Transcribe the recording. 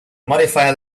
modify